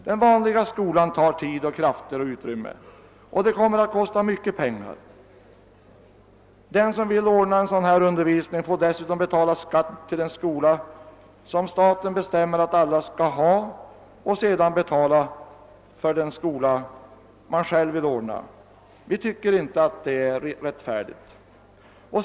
Den vanliga skolan tar tid, krafter och utrymme. Det kostar mycket pengar att anordna en sådan skola. Den som vill ordna en sådan här undervisning får först betala skatt till den skola som staten bestämmer att alla skall ha och dessutom betala för den skola han själv vill ha. Vi tycker inte att det är rättfärdigt.